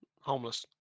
Homeless